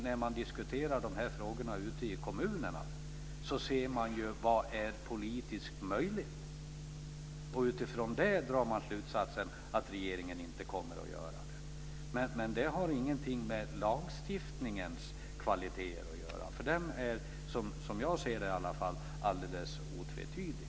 När man diskuterar de här frågorna ute i kommunerna ser man naturligtvis till vad som är politiskt möjligt. Utifrån det drar man slutsatsen att regeringen inte kommer att göra det. Men det har ingenting med lagstiftningens kvaliteter att göra. Den är som jag ser det alldeles otvetydig.